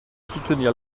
soutenir